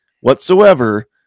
whatsoever